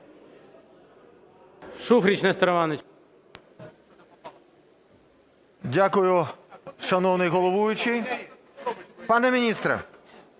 Дякую, шановний головуючий. Пане міністре,